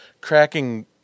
cracking